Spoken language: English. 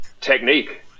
technique